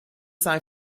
sei